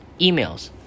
Emails